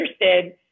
interested